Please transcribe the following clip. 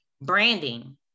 branding